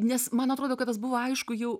nes man atrodo kad tas buvo aišku jau